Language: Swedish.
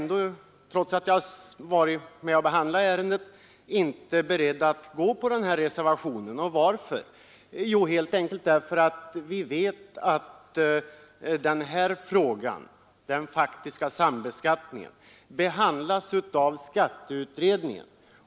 Men trots att jag deltagit i ärendet är jag inte beredd att gå på denna reservation, helt enkelt därför att frågan om den faktiska sambeskattningen behandlas av skatteutredningen.